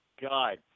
God